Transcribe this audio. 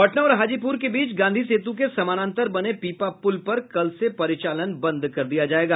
पटना और हाजीपुर के बीच गांधी सेतु के समानांतर बने पीपा पुल पर कल से परिचालन बंद कर दिया जायेगा